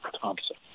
Thompson